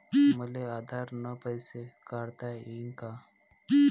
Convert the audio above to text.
मले आधार न पैसे काढता येईन का?